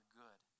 good